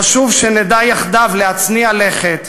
חשוב שנדע יחדיו להצניע לכת,